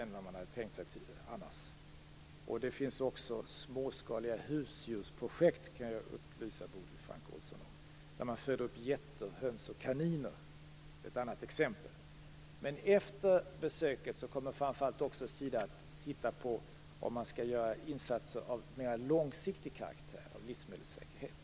Jag kan upplysa Bodil Francke Ohlsson om att det också finns småskaliga husdjursprojekt, där man föder upp getter, höns och kaniner. Det är ett annat exempel. Men efter besöket kommer Sida framför allt att titta närmare på om man skall göra insatser för livsmedelssäkerhet av mer långsiktig karaktär.